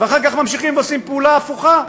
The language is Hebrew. ואחר כך ממשיכים ועושים פעולה הפוכה,